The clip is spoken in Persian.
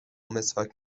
مسواک